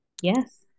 Yes